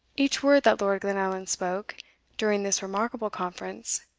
each word that lord glenallan spoke during this remarkable conference,